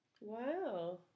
Wow